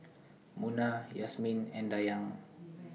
Munah Yasmin and Dayang